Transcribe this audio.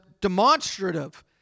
demonstrative